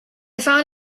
found